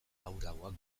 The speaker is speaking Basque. laburragoak